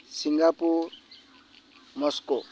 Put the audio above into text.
Singapore Moscow